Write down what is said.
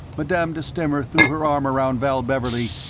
madame de stamer threw her arm around val beverley,